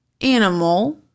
animal